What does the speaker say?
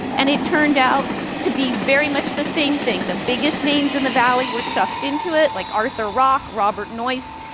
and it turned out to be very much the same thing. the biggest names in the valley were sucked into it, like arthur rock, robert noyce,